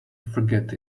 forget